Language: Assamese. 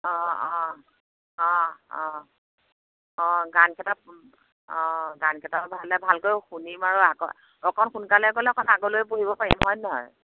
অঁ অঁ অঁ অঁ অঁ গানকেইটা অঁ গানকেইটাও ভালে ভালকৈ শুনিম আৰু আকৌ অকণ সোনকালে গ'লে অকণ আগলৈ বহিব পাৰিম হয়ন নহয়